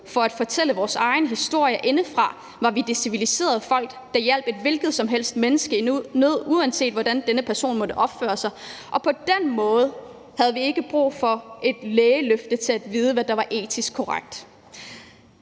for at fortælle vores egen historie indefra, er det for at sige, at vi var det civiliserede folk, der hjalp et hvilket som helst menneske i nød, uanset hvordan denne person måtte opføre sig. På den måde havde vi ikke brug for et lægeløfte for at vide, hvad der var etisk korrekt.